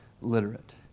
literate